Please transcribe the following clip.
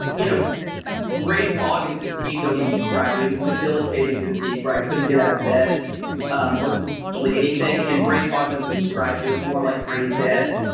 you know brain fog and fatigue don't even describe it it was debilitating fatigue where i couldn't get out of bed um or do virtually anything. and brain fog doesn't describe it. it was more like brain dead.